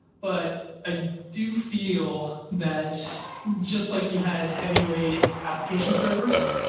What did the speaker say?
but i do feel that just like you had heavy weight application servers,